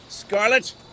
Scarlet